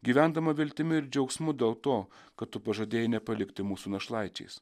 gyvendama viltimi ir džiaugsmu dėl to kad tu pažadėjai nepalikti mūsų našlaičiais